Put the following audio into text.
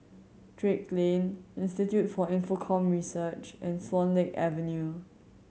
Drake Lane Institute for Infocomm Research and Swan Lake Avenue